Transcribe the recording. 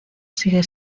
sigue